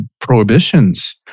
prohibitions